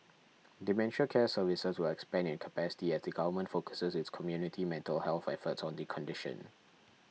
dementia care services will expand in capacity as the Government focuses its community mental health efforts on the condition